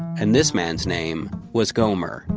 and this man's name was gomer,